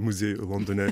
muziejuj londone